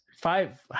five